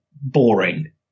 Boring